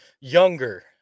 younger